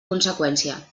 conseqüència